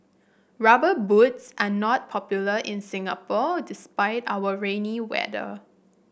rubber boots are not popular in Singapore despite our rainy weather